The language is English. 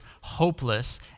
hopeless